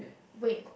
wait